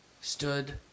stood